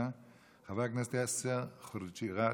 חבר הכנסת יאסר חוג'יראת, איננו.